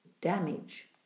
damage